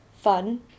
fun